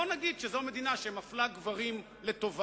בואו נגיד שזו מדינה שמפלה גברים לטובה,